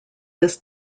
this